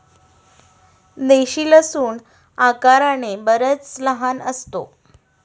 देशी लसूण आकाराने बराच लहान असतो